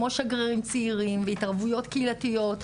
כמו שגרירים צעירים והתערבויות קהילתיות,